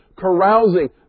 Carousing